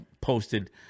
posted